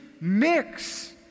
mix